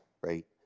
right